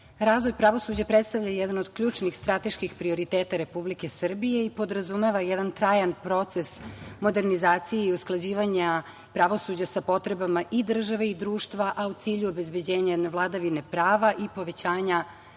razvoj pravosuđa predstavlja jedan od ključnih strateških prioriteta Republike Srbije i podrazumeva jedan trajan proces modernizacije i usklađivanja pravosuđa sa potrebama i države i društva, a u cilju obezbeđenja jedne vladavine prava i povećanja